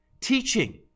teaching